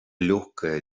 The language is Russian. легкое